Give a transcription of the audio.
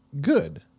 good